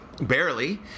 barely